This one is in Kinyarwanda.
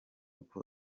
uko